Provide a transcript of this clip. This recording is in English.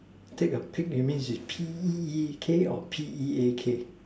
take a peek image is P_E_E_K or P_E_A_K